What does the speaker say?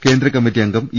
കേന്ദ്രകമ്മിറ്റി അംഗം ഇ